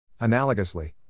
Analogously